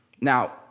Now